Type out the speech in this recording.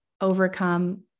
overcome